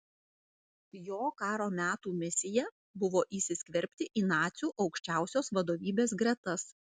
jo karo metų misija buvo įsiskverbti į nacių aukščiausios vadovybės gretas